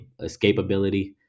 escapability